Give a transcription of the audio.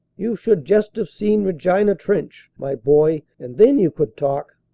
you should just have seen regina trench, my boy, and then you could talk!